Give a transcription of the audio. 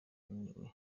naniwe